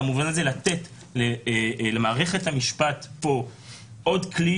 במובן הזה לתת למערכת המשפט פה עוד כלי